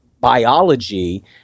biology